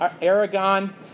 Aragon